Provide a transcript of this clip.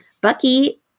Bucky